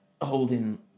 holding